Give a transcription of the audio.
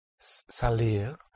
Salir